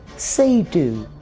say do.